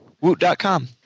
Woot.com